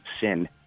sin